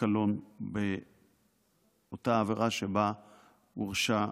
קלון באותה עבירה שבה הורשע המועמד.